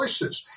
choices